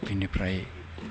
बिनिफ्राय